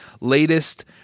latest